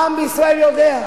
העם בישראל יודע.